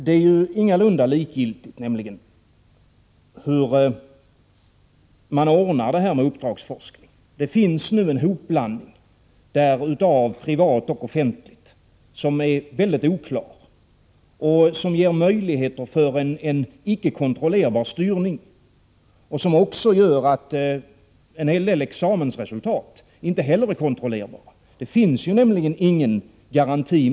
Det är ingalunda likgiltigt hur man ordnar detta med uppdragsforskning. Det finns nu en hopblandning av privat och offentligt, som gör det hela väldigt oklart och som ger möjlighet till en icke kontrollerbar styrning. Detta gör också att en hel del examensresultat inte heller är kontrollerbara.